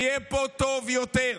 יהיה פה טוב יותר.